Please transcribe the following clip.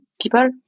people